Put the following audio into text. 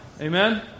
Amen